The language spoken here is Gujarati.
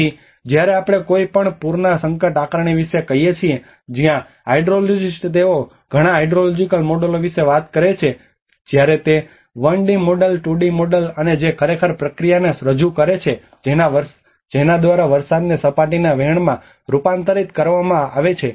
તેથી જ્યારે આપણે કોઈ પણ પૂરના સંકટ આકારણી વિશે કહીએ છીએ કે જ્યાં હાઇડ્રોલોજિસ્ટ તેઓ ઘણા હાઇડ્રોલોજિકલ મોડેલો વિશે વાત કરે છે જ્યારે તે 1 ડી મોડેલ 2 ડી મોડેલ છે અને જે ખરેખર તે પ્રક્રિયાને રજૂ કરે છે જેના દ્વારા વરસાદને સપાટીના વહેણમાં રૂપાંતરિત કરવામાં આવે છે